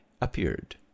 appeared